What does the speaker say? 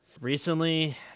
Recently